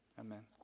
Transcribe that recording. amen